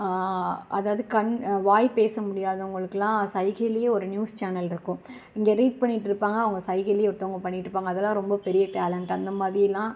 அதாவது கண் வாய் பேச முடியாதவங்களுக்குலாம் சைகையிலயே ஒரு நியூஸ் சேனல் இருக்கும் இங்கே ரீட் பண்ணிகிட்டிருப்பாங்க அவங்க சைகையிலே ஒருத்தவங்கள் பண்ணிகிட்டு இருப்பாங்கள் அதெலாம் ரொம்ப பெரிய டேலண்ட் அந்தமாதிரி எல்லாம்